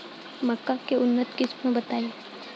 मक्का के उन्नत किस्म बताई?